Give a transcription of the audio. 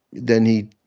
then he,